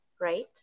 right